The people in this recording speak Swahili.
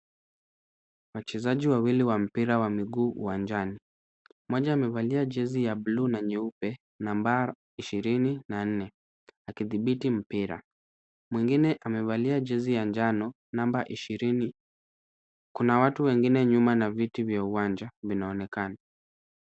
Wachezaji wawili wa mpira wa miguu uwanjani. Mmoja amevalia jezi ya buluu na nyeupe, nambari ishirini na nne akidhibiti mpira. Mwingine amevalia jezi ya njano namba ishirini. Kuna watu wengine nyuma na viti vya uwanja vinaonekana.